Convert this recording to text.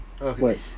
Okay